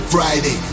Friday